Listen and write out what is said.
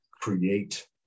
create